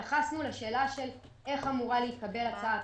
התייחסנו לשאלה של איך אמורה להתקבל הצעת